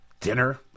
dinner